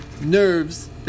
nerves